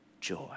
joy